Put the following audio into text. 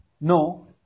No